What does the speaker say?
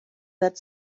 that